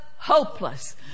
Hopeless